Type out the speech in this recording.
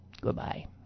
Goodbye